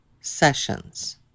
sessions